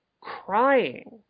crying